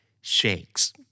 shakes